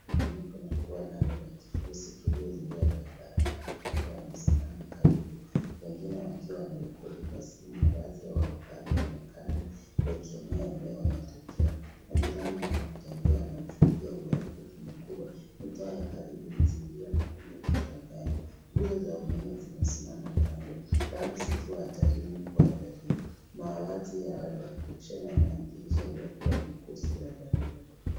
Umebomoka na kua lando la kifuzi kilio zingira barabara, watu kadhaa wamesimama karibu , wengine kadhaa wakiwa wanarekodi kwa simu. Mavazi ya waokoaji yanaonekana yakielea eneo la tukio. Majirani na wapita njia wanashuhudia uharibifu mkubwa. Mitaa ya karibu imezingirwa na ndani. Nguzo za umeme zimesimama kando. Nyasi zikiwa hatarini kuadhirika. Mavazi ya waokoaji yanathihirisha uwepo wa vikosi vya dharura.